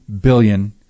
billion